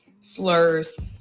slurs